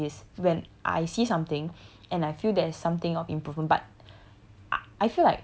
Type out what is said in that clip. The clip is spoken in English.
cause what I do is this when I see something and I feel there's something of improvement but